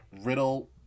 Riddle